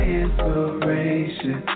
inspiration